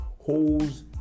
holes